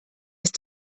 ist